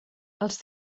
els